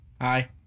Hi